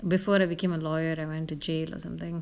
before he became a lawyer he went to jail or something